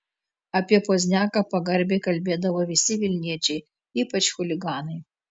apie pozniaką pagarbiai kalbėdavo visi vilniečiai ypač chuliganai